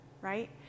right